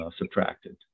subtracted